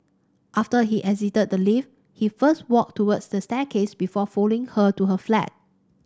after he exited the lift he first walked towards the staircase before following her to her flat